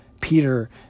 Peter